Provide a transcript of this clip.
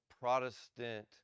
Protestant